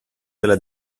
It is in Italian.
della